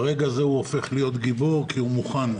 ברגע זה הוא הופך להיות גיבור כי הוא מוכן.